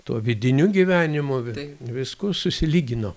tuo vidiniu gyvenimu visku susilygino